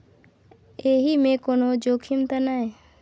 एहि मे कोनो जोखिम त नय?